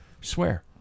swear